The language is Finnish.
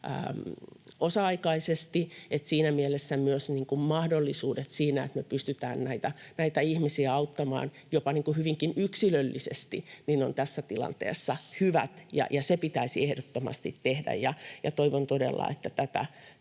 osa-aikaisesti, ja siinä mielessä myös mahdollisuudet siinä, että me pystytään näitä ihmisiä auttamaan jopa hyvinkin yksilöllisesti, ovat tässä tilanteessa hyvät, ja se pitäisi ehdottomasti tehdä. Toivon todella, että tätä